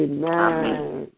Amen